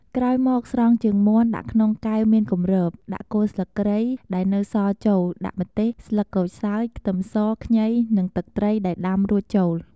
ក្រោយមកស្រង់ជើងមាន់ដាក់ក្នុងកែវមានគំរប ដាក់គល់ស្លឹកគ្រៃ ដែលនៅសល់ចូល ដាក់ម្ទេស ស្លឹកក្រូចសើច ខ្ទឹមស ខ្ញី និងទឹកត្រីដែលដាំរួចចូល។